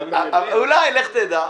אולי, לך תדע.